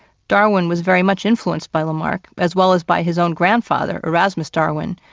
darwin was very much influenced by lamarck as well as by his own grandfather, erasmus darwin,